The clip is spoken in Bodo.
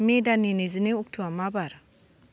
मे दाननि नैजिनै अक्टआ मा बार